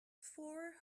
four